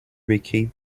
vacate